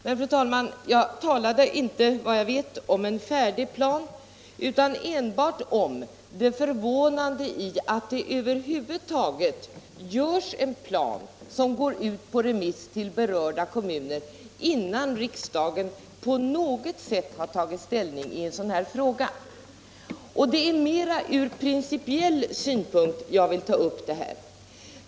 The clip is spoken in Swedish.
Men, fru talman, jag talade inte om någon färdig plan utan enbart om det förvånande i att det över huvud taget görs en plan som går ut på remiss till berörda kommuner innan riksdagen på något sätt har tagit ställning i frågan. Det är från principiell synpunkt jag vill ta upp detta.